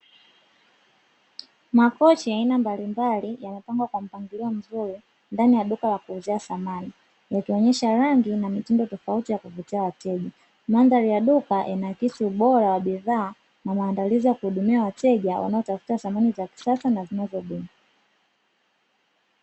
Makochi ya aina mbalimbali yamepangwa kwa mpangilio mzuri ndani ya duka la kuuzia samani, yakionyesha rangi na mitindo tofauti ya kuvutia wateja. Mandhari ya duka yanaakisi ubora wa bidhaa na maandalizi ya kuhudumia wateja, wanao tafuta samani za kisasa na zinazodumu.